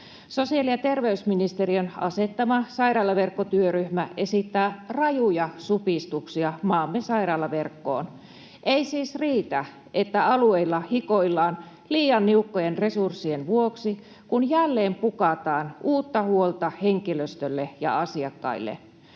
Sosiaali- ja terveysministeriön asettama sairaalaverkkotyöryhmä esittää rajuja supistuksia maamme sairaalaverkkoon. Ei siis riitä, että alueilla hikoillaan liian niukkojen resurssien vuoksi, kun jälleen pukataan uutta huolta henkilöstölle ja asiakkaille.